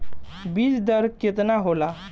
बीज दर केतना होला?